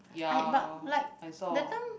ya I saw